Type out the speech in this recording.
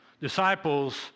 Disciples